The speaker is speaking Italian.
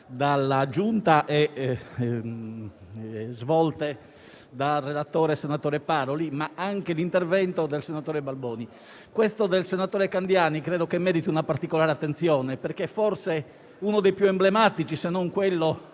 illustrate dal relatore, senatore Paroli, ma anche l'intervento del senatore Balboni. Il caso del senatore Candiani merita particolare attenzione, perché forse è uno dei più emblematici, se non il